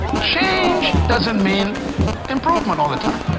change doesn't mean improvement all the time.